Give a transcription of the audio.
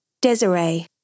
Desiree